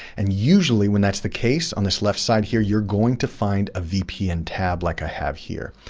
and usually when that's the case, on this left side here, you're going to find a vpn tab like i have here.